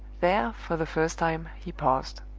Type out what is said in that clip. there, for the first time, he paused.